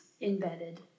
Embedded